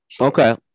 Okay